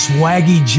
Swaggy